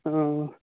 ٲں ٲں